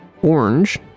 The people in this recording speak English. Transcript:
orange